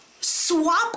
swap